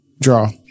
draw